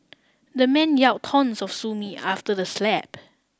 the man yell taunts of sue me after the slap